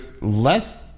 less